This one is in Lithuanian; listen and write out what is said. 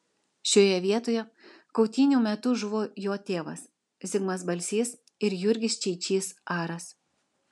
šioje vietoje kautynių metu žuvo jo tėvas zigmas balsys ir jurgis čeičys aras